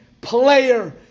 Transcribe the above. player